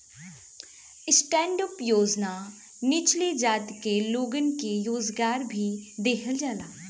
stand up योजना निचली जाति के लोगन के रोजगार भी देहल जाला